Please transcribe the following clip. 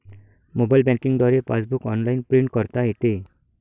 mobile banking द्वारे passbook online print करता येते